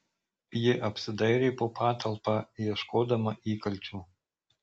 ji apsidairė po patalpą ieškodama įkalčių